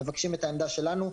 מבקשים את העמדה שלנו.